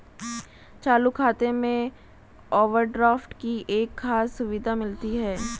चालू खाता में ओवरड्राफ्ट की एक खास सुविधा मिलती है